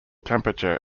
temperature